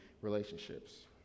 relationships